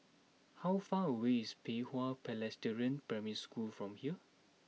how far away is Pei Hwa Presbyterian Primary School from here